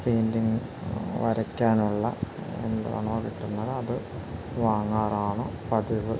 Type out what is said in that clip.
painting വരയ്ക്കാനുള്ള എന്താണോ കിട്ടുന്നത് അത് വാങ്ങാറാാണ് പതിവ്